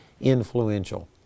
influential